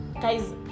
guys